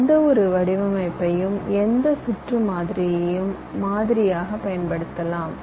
எந்தவொரு வடிவமைப்பையும் எந்த சுற்று மாதிரியையும் மாதிரியாகப் பயன்படுத்தலாம்